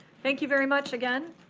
thank you very much again.